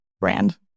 brand